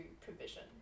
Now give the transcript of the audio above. provision